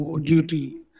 duty